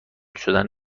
شدن